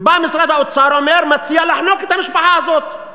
ובא משרד האוצר ומציע לחנוק את המשפחה הזאת.